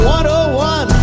101